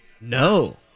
No